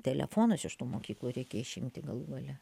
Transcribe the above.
telefonus iš tų mokyklų reikia išimti galų gale